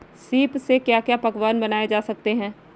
सीप से क्या क्या पकवान बनाए जा सकते हैं?